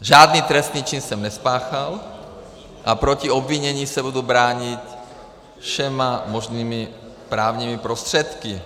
Žádný trestný čin jsem nespáchal a proti obvinění se budu bránit všemi možnými právními prostředky.